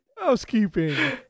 housekeeping